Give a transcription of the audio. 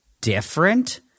different